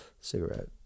cigarette